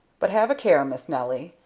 but have a care, miss nelly.